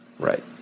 Right